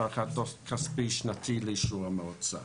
עריכת דוח כספי שנתי לאישור המועצה.